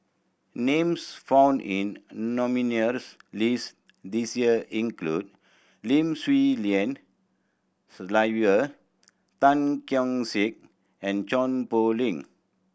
names found in nominees' list this year include Lim Swee Lian Sylvia Tan Keong Saik and Chua Poh Leng